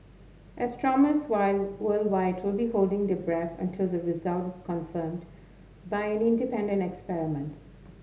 astronomers wide worldwide will to be holding their breath until the result is confirmed by an independent experiment